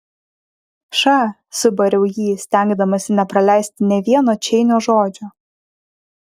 ša subariau jį stengdamasi nepraleisti nė vieno čeinio žodžio